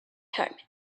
home